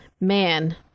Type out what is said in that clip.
man